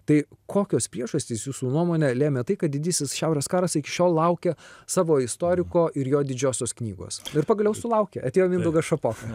tai kokios priežastys jūsų nuomone lėmė tai kad didysis šiaurės karas iki šiol laukia savo istoriko ir jo didžiosios knygos ir pagaliau sulaukė atėjo mindaugas šapoka